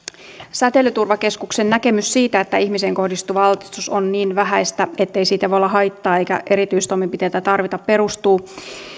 säteilyturvakeskuksen näkemys siitä että ihmiseen kohdistuva altistus on niin vähäistä ettei siitä voi olla haittaa eikä erityistoimenpiteitä tarvita perustuu